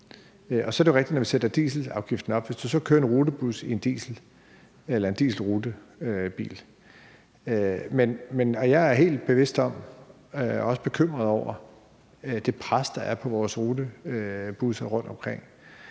Men det er rigtigt, når vi sætter dieselafgiften op og du så kører en dieselrutebil. Jeg er helt bevidst om og også bekymret over det pres, der er på vores rutebusser rundtomkring,